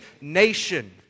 nation